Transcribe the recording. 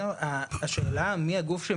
השאלה מי הגוף?